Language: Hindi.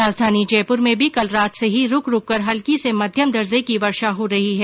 राजधानी जयपुर में भी कल रात से ही रूक रूक कर हल्की से मध्यम दर्जे की वर्षा हो रही है